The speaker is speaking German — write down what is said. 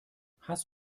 hast